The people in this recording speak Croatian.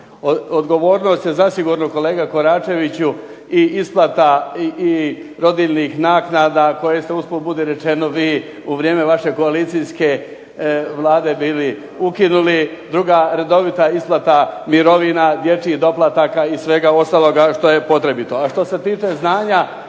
Odgovornost je zasigurno kolega Koračeviću i isplata i rodiljnih naknada koje se usput budi rečeno vi u vrijeme koalicijske Vlade bili ukinuli. Druga redovita isplata mirovina, dječjih doplataka i svega ostaloga što je potrebito.